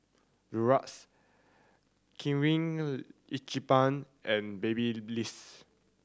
Durex Kirin Ichiban and Babyliss